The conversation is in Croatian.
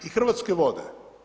I Hrvatske vode.